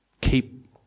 Keep